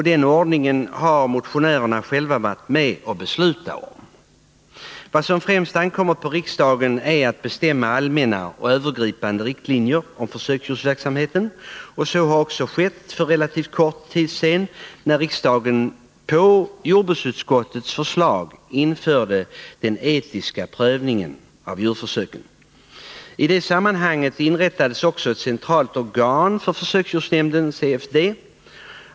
Den ordningen har motionärerna själva varit med att besluta om. Vad som främst ankommer på riksdagen är att bestämma allmänna och övergripande riktlinjer om försöksdjursverksamheten, och så har också skett för relativt kort tid sedan när riksdagen på jordbruksutskottets förslag införde den etiska prövningen av djurförsöken. I det sammanhanget inrättades också ett centralt organ för försöksdjursnämnden, CFD.